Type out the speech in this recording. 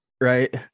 right